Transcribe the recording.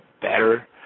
better